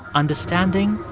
understanding